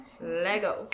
Lego